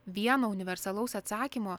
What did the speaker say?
vieno universalaus atsakymo